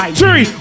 three